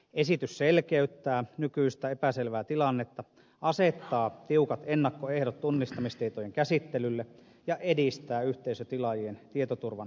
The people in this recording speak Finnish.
esitys selkeyttää nykyistä epäselvää tilannetta asettaa tiukat ennakkoehdot tunnistamistietojen käsittelylle ja edistää yhteisötilaajien tietoturvan parantamista